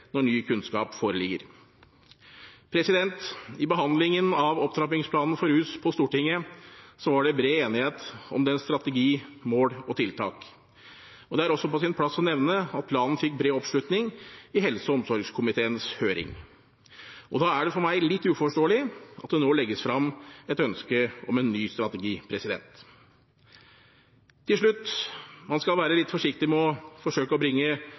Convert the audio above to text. når ny kunnskap foreligger. I behandlingen av opptrappingsplanen for rus på Stortinget var det bred enighet om dens strategi, mål og tiltak. Det er også på sin plass å nevne at planen fikk bred oppslutning i helse- og omsorgskomiteens høring. Da er det for meg litt uforståelig at det nå legges frem et ønske om en ny strategi. Til slutt: Man skal være litt forsiktig med å forsøke å bringe